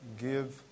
Give